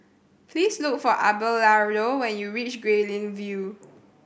please look for Abelardo when you reach Guilin View